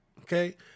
okay